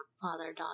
father-daughter